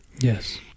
Yes